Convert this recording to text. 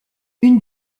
une